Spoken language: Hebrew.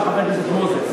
של חבר הכנסת מוזס.